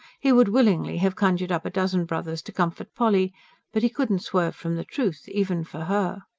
he would willingly have conjured up a dozen brothers to comfort polly but he could not swerve from the truth, even for her.